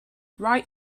wright